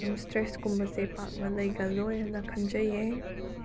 ꯑꯗꯨꯝ ꯁ꯭ꯇ꯭ꯔꯦꯁ ꯀꯨꯝꯕꯁꯦ ꯄꯥꯛꯅ ꯂꯩꯒꯜꯂꯣꯏꯅ ꯈꯟꯖꯩꯌꯦ